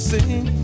Sing